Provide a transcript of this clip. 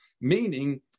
Meaning